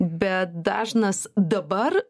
bet dažnas dabar